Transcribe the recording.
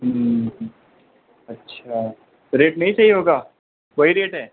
ह्म्म ह्म्म अच्छा रेट नहीं सही होगा वही रेट है